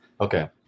Okay